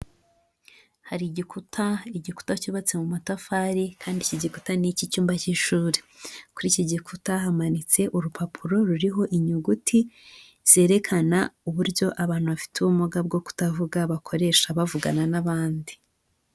Hari igikuta igikuta cyubatse mu matafari kandi icyi giputa ni icy' icyumba cy'ishuri, kuri iki gikuta hamanitse urupapuro ruriho inyuguti zerekana uburyo abantu bafite ubumuga bwo kutavuga bakoresha bavugana n'abandi.